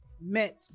met